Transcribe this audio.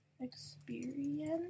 experience